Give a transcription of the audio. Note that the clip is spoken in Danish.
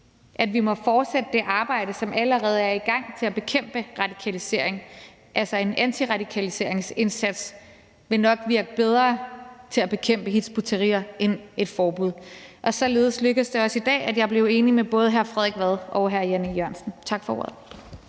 at vi må fortsætte det arbejde, som allerede er i gang, med at bekæmpe radikalisering. En antiradikaliseringsindsats vil altså nok virke bedre til at bekæmpe Hizb ut-Tahrir end et forbud. Således lykkedes det også i dag, at jeg blev enig med både hr. Frederik Vad og hr. Jan E. Jørgensen. Tak for ordet.